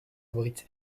abrite